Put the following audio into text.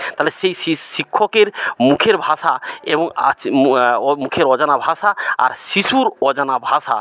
তাহলে সেই শি শিক্ষকের মুখের ভাষা এবং আজ মো মুখের অজানা ভাষা আর শিশুর অজানা ভাষা